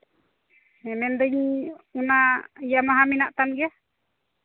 ᱢᱮᱱᱫᱟᱹᱧ ᱤᱭᱟᱹ ᱢᱟᱦᱟ ᱢᱮᱱᱟᱜ ᱛᱟᱢ ᱜᱮᱭᱟ